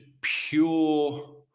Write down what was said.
pure